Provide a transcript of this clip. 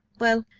well,